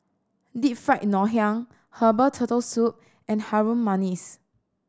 Deep Fried Ngoh Hiang herbal Turtle Soup and Harum Manis